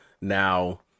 now